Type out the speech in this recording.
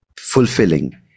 fulfilling